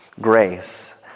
grace